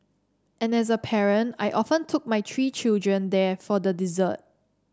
and as a parent I often took my three children there for the dessert